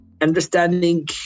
understanding